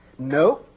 No